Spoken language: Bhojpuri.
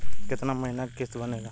कितना महीना के किस्त बनेगा?